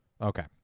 Okay